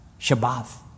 Shabbat